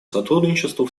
сотрудничеству